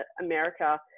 America